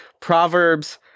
Proverbs